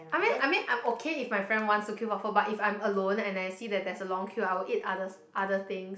I mean I mean I'm okay if my friend wants to queue for but if I'm alone and I see that there's a long queue I will eat other other things